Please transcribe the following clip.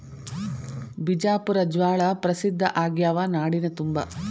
ಬಿಜಾಪುರ ಜ್ವಾಳಾ ಪ್ರಸಿದ್ಧ ಆಗ್ಯಾವ ನಾಡಿನ ತುಂಬಾ